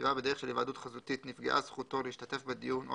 הישיבה בדרך של היוועדות חזותית נפגעה זכותו להשתתף בדיון או